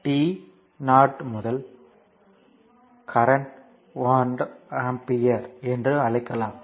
t 0 முதல் 1 current 1 ampere என்றும் அழைக்கலாம்